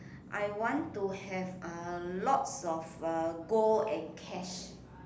I want to have a lots of uh gold and cash